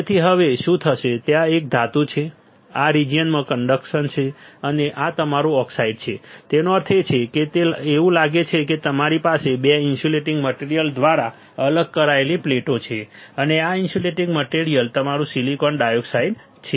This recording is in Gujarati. તેથી હવે શું થશે ત્યાં એક ધાતુ છે આ રીજીયનમાં કન્ડક્શન છે અને આ તમારું ઓક્સાઇડ છે તેનો અર્થ એ છે કે એવું લાગે છે કે તમારી પાસે 2 ઇન્સ્યુલેટીંગ મટીરીયલ દ્વારા અલગ કરાયેલી પ્લેટો છે અને આ ઇન્સ્યુલેટીંગ મટિરિયલ તમારું સિલિકોન ડાયોક્સાઇડ છે